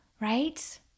right